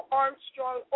Armstrong